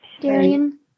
Darian